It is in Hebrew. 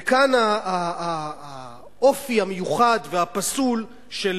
וכאן האופי המיוחד והפסול של